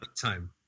time